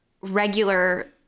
regular